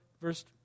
Verse